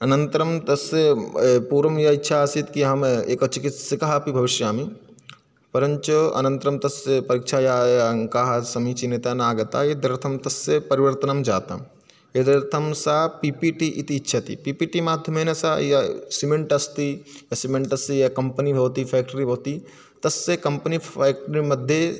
अनन्तरं तस्य पूर्वं ये इच्छा आसीत् कि अहं एकः चिकित्सकः अपि भविष्यामि परञ्च अनन्तरं तस्य परिक्षायां याः अङ्काः समीचीनता नागता एतदर्थं तस्य परिवर्तणं जातं एतदर्तं सा पि पि टि इति इच्छति पि पि टि माद्ध्मेन सा या सिमेण्ट् अस्ति सिमेण्टस्य कम्पनि भवति फ़ाक्टरि भवति तस्य कम्पनि फ़्याक्टरि मध्ये